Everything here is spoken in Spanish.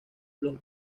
los